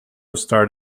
starred